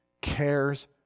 cares